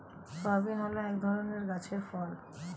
soybean হল এক ধরনের গাছের ফল